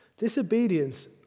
disobedience